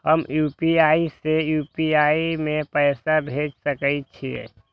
हम यू.पी.आई से यू.पी.आई में पैसा भेज सके छिये?